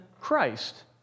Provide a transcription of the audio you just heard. Christ